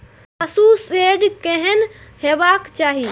पशु शेड केहन हेबाक चाही?